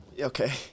Okay